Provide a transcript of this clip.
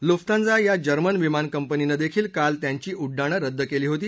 Lufthansa या German विमान कंपनीनं देखील काल त्यांची उड्डाणं रद्द केली होती